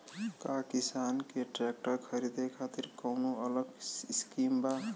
का किसान के ट्रैक्टर खरीदे खातिर कौनो अलग स्किम बा?